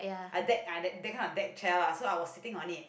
uh deck ah that that kind of deck chair lah so I was sitting on it